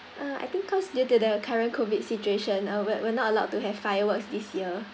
uh I think cause due to the current COVID situation uh we're we're not allowed to have fireworks this year